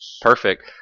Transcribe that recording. Perfect